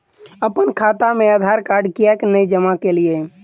अप्पन खाता मे आधारकार्ड कियाक नै जमा केलियै?